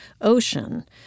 ocean